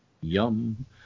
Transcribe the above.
Yum